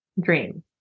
dream